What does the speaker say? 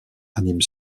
anime